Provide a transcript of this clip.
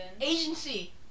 Agency